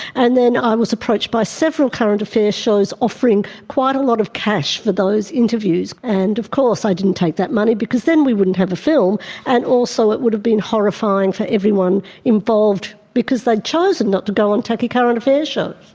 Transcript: and then i was approached by several current affairs shows offering quite a lot of cash for those interviews, and of course i didn't take that money because then we wouldn't have a film and also it would have been horrifying for everyone involved, because they'd chosen not to go on tacky current affairs shows.